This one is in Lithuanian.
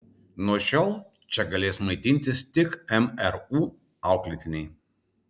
nuo šiol čia galės maitintis tik mru auklėtiniai